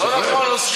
שחרר.